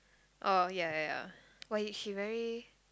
oh ya ya ya what it she very